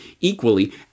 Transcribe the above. equally